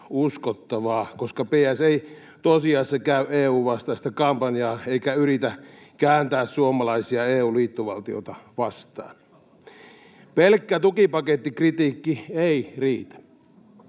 uskottavaa, koska PS ei tosiasiassa käy EU-vastaista kampanjaa eikä yritä kääntää suomalaisia EU-liittovaltiota vastaan. Pelkkä tukipakettikritiikki ei riitä.